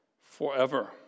forever